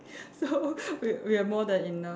so we we have more than enough